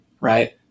right